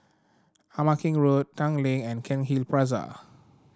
Ama Keng Road Tanglin and Cairnhill Plaza